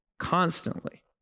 constantly